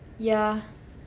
ya